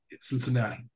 Cincinnati